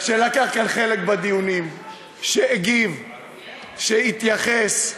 שלקח כאן חלק בדיונים, שהגיב, שהתייחס.